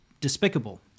despicable